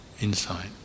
insight